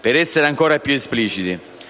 Per essere ancora più espliciti: